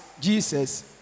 Jesus